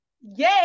Yay